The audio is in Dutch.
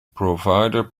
provider